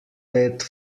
let